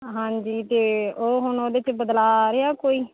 ਹਾਂਜੀ ਅਤੇ ਉਹ ਹੁਣ ਉਹਦੇ 'ਚ ਬਦਲਾ ਆ ਰਿਹਾ ਕੋਈ